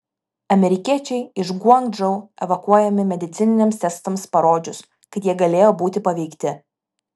amerikiečiai iš guangdžou evakuojami medicininiams testams parodžius kad jie galėjo būti paveikti